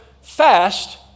fast